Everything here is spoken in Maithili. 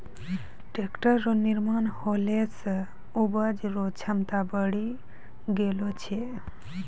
टैक्ट्रर रो निर्माण होला से उपज रो क्षमता बड़ी गेलो छै